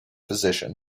physician